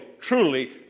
truly